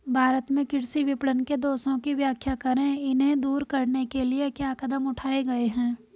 भारत में कृषि विपणन के दोषों की व्याख्या करें इन्हें दूर करने के लिए क्या कदम उठाए गए हैं?